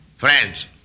Friends